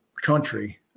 country